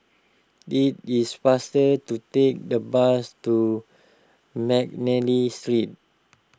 it is faster to take the bus to McNally Street